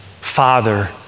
Father